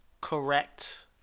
correct